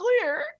clear